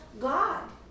God